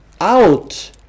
out